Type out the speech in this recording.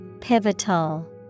Pivotal